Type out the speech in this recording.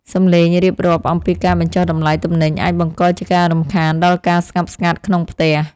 សំឡេងរៀបរាប់អំពីការបញ្ចុះតម្លៃទំនិញអាចបង្កជាការរំខានដល់ការស្ងប់ស្ងាត់ក្នុងផ្ទះ។